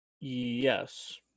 Yes